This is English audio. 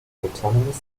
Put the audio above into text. autonomous